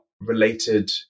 related